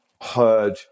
heard